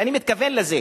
ואני מתכוון לזה,